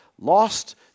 lost